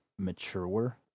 mature